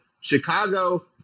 Chicago